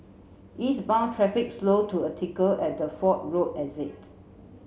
eastbound traffic slowed to a trickle at the Fort Road exit